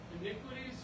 Iniquities